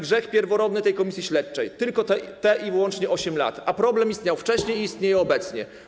Grzech pierworodny tej komisji śledczej: tylko i wyłącznie 8 lat, a problem istniał wcześniej i istnieje obecnie.